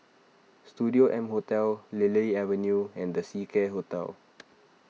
Studio M Hotel Lily Avenue and the Seacare Hotel